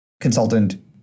consultant